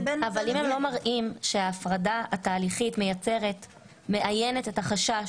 אבל אם הם לא מראים שההפרדה התהליכית מאיינת את החשש